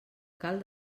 cal